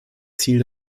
ziel